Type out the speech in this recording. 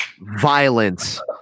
Violence